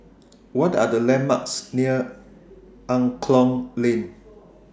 What Are The landmarks near Angklong Lane